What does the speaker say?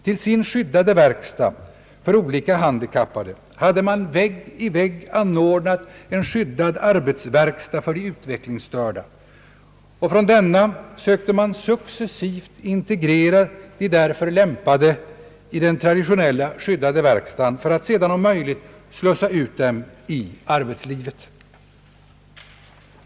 Till sin skyddade verkstad för olika handikappade hade man vägg i vägg anordnat en skyddad arbetsverkstad för de utvecklingsstörda, varifrån man successivt sökte integrera de därför lämpade i den traditionella skyddade verkstaden för att sedan om möjligt slussa ut dem i arbetslivet.